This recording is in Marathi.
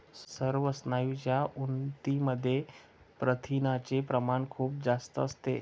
सर्व स्नायूंच्या ऊतींमध्ये प्रथिनांचे प्रमाण खूप जास्त असते